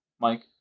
Mike